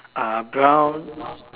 uh brown